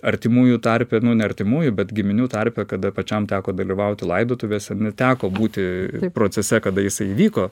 artimųjų tarpe nu ne artimųjų bet giminių tarpe kada pačiam teko dalyvauti laidotuvėse teko būti procese kada jisai įvyko